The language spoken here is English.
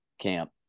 camp